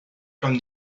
from